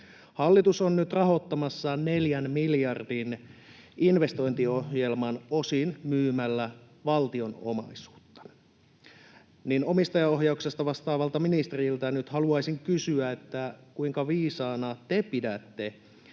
hallitus on rahoittamassa neljän miljardin investointiohjelman osin myymällä valtion omaisuutta, niin valtion omistajaohjauksesta vastaavalta ministeriltä haluaisin kysyä: Kuinka viisaana te pidätte